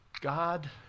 God